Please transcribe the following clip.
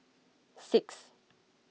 six